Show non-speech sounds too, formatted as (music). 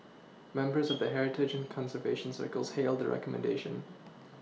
members of the heritage and conservation circles hailed the recommendation (noise)